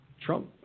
Trump